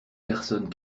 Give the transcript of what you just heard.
personnes